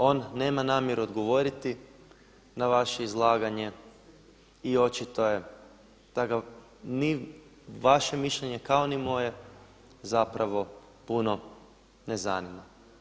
On nema namjeru odgovoriti na vaše izlaganje i očito je da ga ni vaše mišljenje kao ni moje zapravo puno ne zanima.